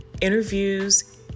interviews